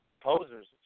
posers